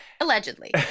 allegedly